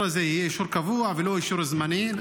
זה יהיה אישור קבוע ולא אישור זמני?